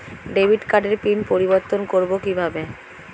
Debit কার্ডের PIN পরিবর্তন করবো কীভাবে?